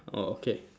orh okay